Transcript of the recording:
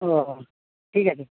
ওহ ঠিক আছে